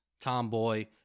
tomboy